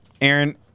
Aaron